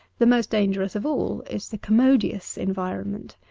the most dangerous of all is the commodious en vironment.